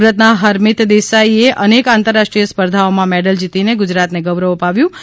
સુરતના હરમિત દેસાઈએ અનેક આંતર રાષ્ટ્રીય સ્પર્ધાઓમાં મેડલ જીતીને ગુજરાતને ગૌરવ અપાવેલું છે